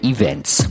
Events